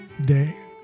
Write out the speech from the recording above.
day